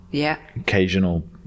occasional